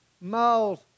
miles